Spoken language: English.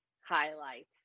highlights